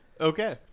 Okay